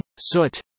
soot